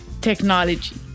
technology